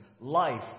life